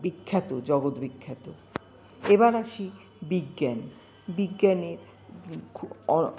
বিখ্যাত জগৎ বিখ্যাত এবার আসি বিজ্ঞান বিজ্ঞানের